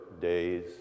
days